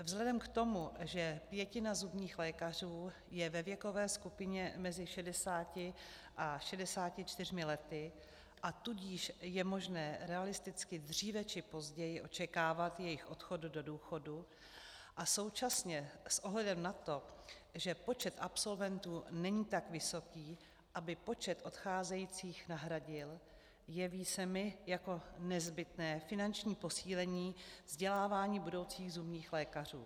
Vzhledem k tomu, že pětina zubních lékařů je ve věkové skupině mezi 60 a 64 lety, a tudíž je možné realisticky dříve či později očekávat jejich odchod do důchodu, a současně s ohledem na to, že počet absolventů není tak vysoký, aby počet odcházejících nahradil, jeví se mi jako nezbytné finanční posílení vzdělávání budoucích zubních lékařů.